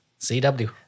CW